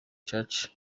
church